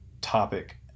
topic